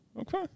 Okay